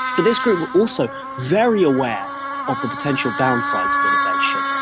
but this group were also very aware of the potential downsides of innovation,